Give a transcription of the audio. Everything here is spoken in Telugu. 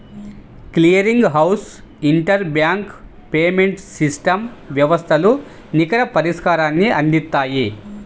clearing house interbank payments system వ్యవస్థలు నికర పరిష్కారాన్ని అందిత్తాయి